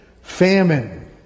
famine